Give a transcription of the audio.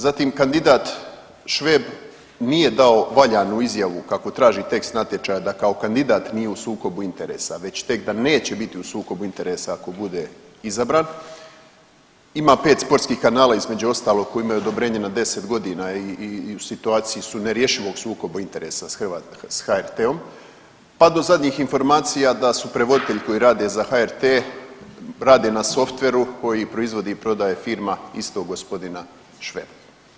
Zatim kandidat Šveb nije dao valjanu izjavu kako traži tekst natječaja da kao kandidat nije u sukobu interesa već tek da neće biti u sukobu interesa ako bude izabran, ima 5 sportskih kanala između ostalog koji imaju odobrenje na 10.g. i u situaciji su nerješivog sukoba interesa s HRT-om, pa do zadnjih informacija da su prevoditelji koji rade za HRT rade na softveru koji proizvodi i prodaje firma istog g. Šveba.